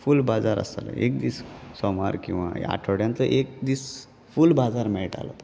फूल बाजार आसतालो एक दीस सोमार किंवां आठवड्याचो एक दीस फूल बाजार मेळटालो